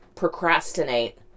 procrastinate